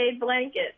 blanket